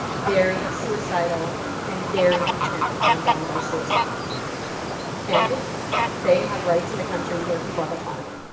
very suicidal and very intent upon dying by suicide and they have rights in a country where people have autonomy.